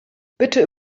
bitte